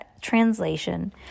translation